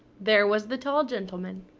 there was the tall gentleman.